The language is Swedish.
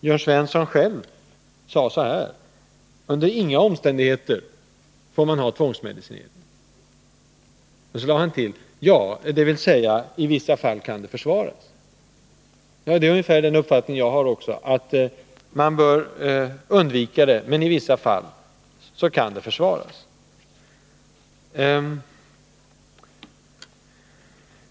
Jörn Svensson själv sade så här: Under inga omständigheter får man ha tvångsmedicinering. Sedan lade han till: I vissa fall kan det emellertid försvaras. Det är ungefär den uppfattning jag har också — att man bör undvika det, men i vissa fall kan det försvaras.